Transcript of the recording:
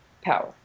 power